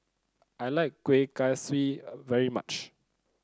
I like Kueh Kaswi very much